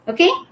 Okay